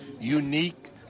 unique